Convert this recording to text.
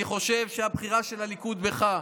אני חושב שהבחירה של הליכוד בך,